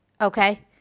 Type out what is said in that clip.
Okay